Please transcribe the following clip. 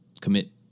commit